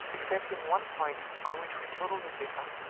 excepting one point on which we totally differ.